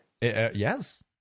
Yes